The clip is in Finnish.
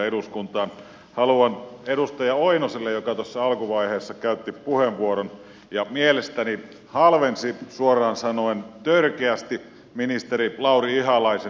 haluan sanoa edustaja oinoselle joka tuossa alkuvaiheessa käytti puheenvuoron ja mielestäni halvensi suoraan sanoen törkeästi ministeri lauri ihalaisen työllistämistoimia